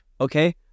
okay